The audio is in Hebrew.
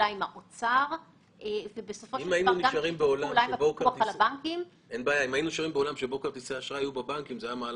אולי זה יפגע במישהו מחברות כרטיסי האשראי בהמשך?